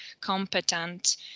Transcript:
competent